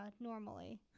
normally